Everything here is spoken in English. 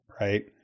Right